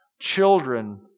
Children